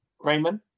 raymond